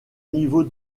niveau